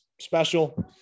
special